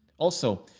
also,